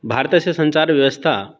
भारतस्य सञ्चारव्यवस्था